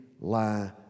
lie